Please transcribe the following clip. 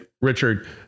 Richard